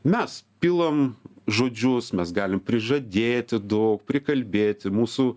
mes pilam žodžius mes galim prižadėti daug prikalbėti mūsų